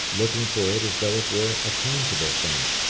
looking for it as though it were a tangible thing,